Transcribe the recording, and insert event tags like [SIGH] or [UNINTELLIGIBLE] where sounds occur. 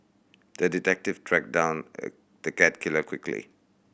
the detective tracked down [UNINTELLIGIBLE] the cat killer quickly